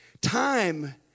Time